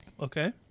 Okay